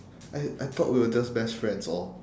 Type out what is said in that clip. I I thought we were just best friends orh